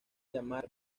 llamar